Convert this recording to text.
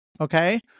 Okay